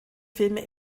filme